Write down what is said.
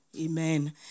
Amen